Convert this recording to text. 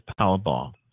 Powerball